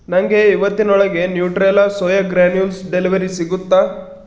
ನನಗೆ ಇವತ್ತಿನೊಳಗೆ Nutrela soya granules delivery ಸಿಗುತ್ತಾ